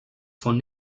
von